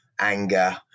anger